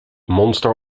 monster